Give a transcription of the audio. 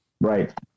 Right